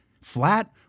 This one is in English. flat